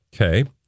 Okay